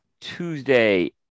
Tuesday